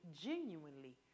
genuinely